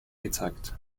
gezeigt